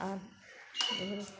আর